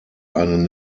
einen